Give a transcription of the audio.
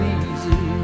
easy